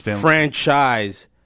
franchise